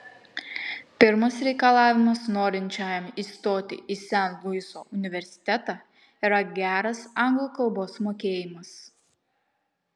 pirmas reikalavimas norinčiajam įstoti į sen luiso universitetą yra geras anglų kalbos mokėjimas